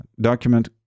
document